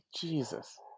Jesus